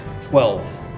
Twelve